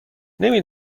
نمی